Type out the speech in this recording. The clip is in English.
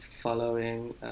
following